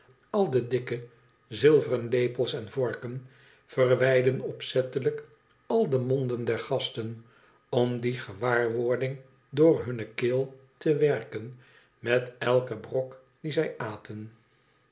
al de dikke zilveren lepels en vorken verwijdden opzettelijk al de monden der gasten om die gewaarwording door hunne keel te werken met eiken brok dien zij aten